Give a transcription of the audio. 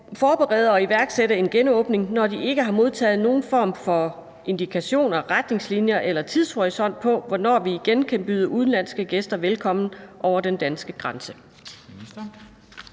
forberede og iværksætte en genåbning, når de ikke har modtaget nogen former for indikationer, retningslinjer eller tidshorisont på, hvornår vi igen kan byde udenlandske gæster velkommen over den danske grænse?